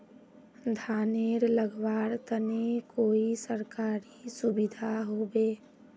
धानेर लगवार तने कोई सरकारी सुविधा होबे?